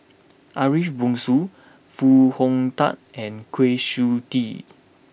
Ariff Bongso Foo Hong Tatt and Kwa Siew Tee